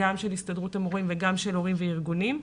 גם של הסתדרות המורים וגם של הורים וארגונים.